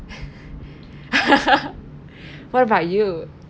what about you